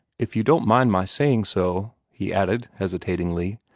if you don't mind my saying so, he added hesitatingly,